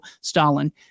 Stalin